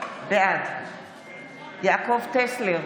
בעד יעקב טסלר,